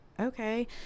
okay